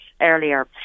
earlier